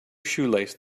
shoelace